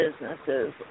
businesses